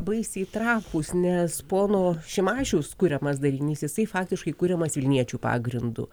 baisiai trapūs nes pono šimašiaus kuriamas darinys jisai faktiškai kuriamas vilniečių pagrindu